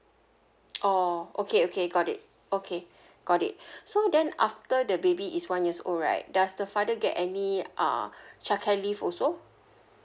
orh okay okay got it okay got it so then after the baby is one years old right does the father get any uh childcare leave also